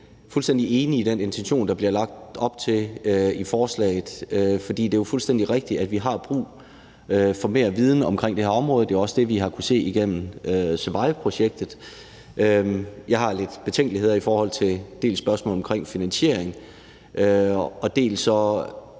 set fuldstændig enige i den intention, der bliver lagt op til i forslaget, for det er jo fuldstændig rigtigt, at vi har brug for at få mere viden om det her område, og det er også det, vi har kunnet se igennem SURVIVE-projektet. Jeg har lidt betænkeligheder i forhold til spørgsmålet om finansiering, og så